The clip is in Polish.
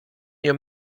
nie